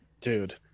Dude